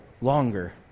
longer